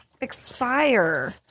expire